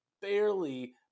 barely